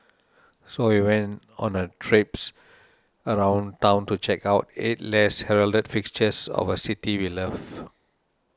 so we went on a traipse around town to check out eight less heralded fixtures of a city we love